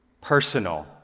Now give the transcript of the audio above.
personal